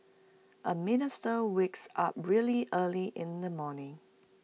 A minister wakes up really early in the morning